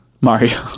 Mario